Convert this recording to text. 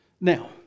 Now